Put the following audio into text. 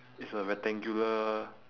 it's a rectangular